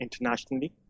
internationally